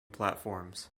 platforms